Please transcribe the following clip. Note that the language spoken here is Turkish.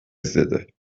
izledi